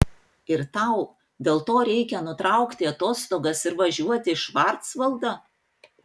ir tau dėl to reikia nutraukti atostogas ir važiuoti į švarcvaldą